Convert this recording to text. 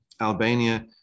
Albania